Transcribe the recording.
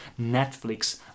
Netflix